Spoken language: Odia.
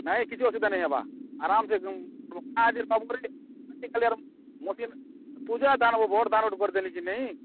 ନାଇଁ କିଛି ଅସୁବିଧା ନାଇଁ ହେବା ଆରାମ୍ସେ ଏକଦମ୍ ପୂଜା ଧାନ ବଡ଼ ଧାନ୍ କରିଦେଲି ଯେ ମୁଇଁ